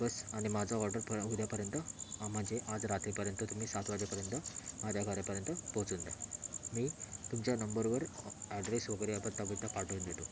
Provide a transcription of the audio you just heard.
बस आणि माझा ऑर्डर प उद्यापर्यंत म्हणजे आज रात्रीपर्यंत तुम्ही सात वाजेपर्यंत माझ्या घरापर्यंत पोहचून द्या मी तुमच्या नंबरवर ॲड्रेस वगैरे पत्ता बित्ता पाठवून देतो